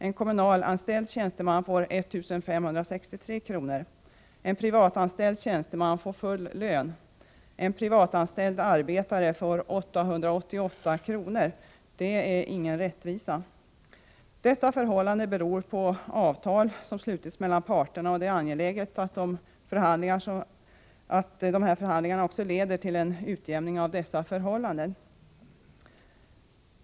En kommunalanställd tjänsteman får 1563 kr., en privatanställd tjänsteman får full lön och en privatanställd arbetare 888 kr. Det är ingen rättvisa! Detta förhållande beror på avtal som har slutits mellan parterna, och det är angeläget att pågående förhandlingar leder till en utjämning av ersättningarna.